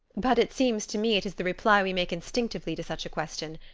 but it seems to me it is the reply we make instinctively to such a question.